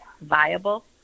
viable